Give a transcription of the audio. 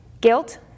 Guilt